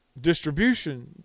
distribution